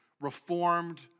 reformed